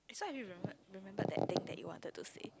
so are you remembered remembered that thing that you wanted to say